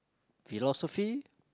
philosophy